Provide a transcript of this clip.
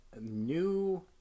new